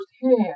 firsthand